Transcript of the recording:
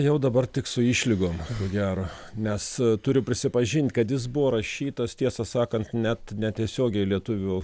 jau dabar tik su išlygom ko gero nes turiu prisipažint kad jis buvo rašytas tiesą sakant net netiesiogiai lietuvių